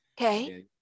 Okay